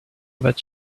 that